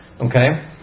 Okay